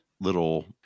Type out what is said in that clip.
little